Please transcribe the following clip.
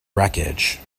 wreckage